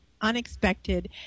unexpected